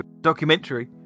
Documentary